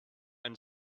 and